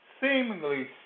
seemingly